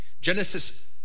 Genesis